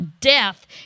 death